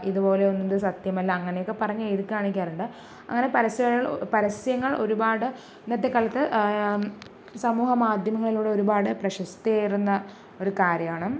ഇതുപോലെ ഒന്നും സത്യമല്ല അങ്ങനെയൊക്കെ പറഞ്ഞ് എഴുതി കാണിക്കാറുണ്ട് അങ്ങനെ പരസ്യ പരസ്യങ്ങൾ ഒരുപാട് ഇന്നത്തെക്കാലത്ത് സമൂഹ മാധ്യമങ്ങളിലൂടെ ഒരുപാട് പ്രശസ്തിയേറുന്ന ഒരു കാര്യമാണ്